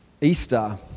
Easter